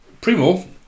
Primo